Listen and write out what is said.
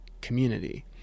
community